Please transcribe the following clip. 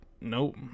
nope